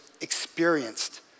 experienced